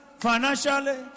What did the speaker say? Financially